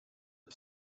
più